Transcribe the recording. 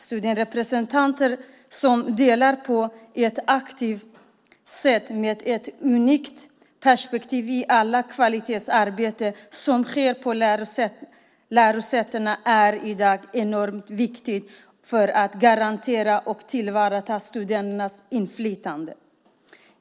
Studentrepresentanter som på ett aktivt sätt deltar med ett unikt perspektiv på allt kvalitetsarbete som sker på lärosätena är i dag enormt viktiga för att garantera och tillvarata studenternas inflytande.